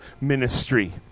ministry